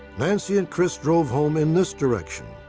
nancy and chris drove home in this direction.